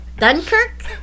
Dunkirk